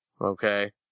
Okay